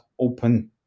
open